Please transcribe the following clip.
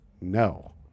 No